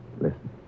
Listen